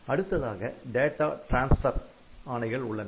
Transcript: அடுத்ததாக data transfer ஆணைகள் உள்ளன